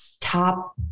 top